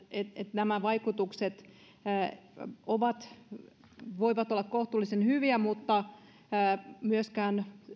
nämä vaikutukset voivat olla kohtuullisen hyviä mutta myöskään